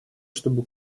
чтобы